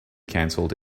canceled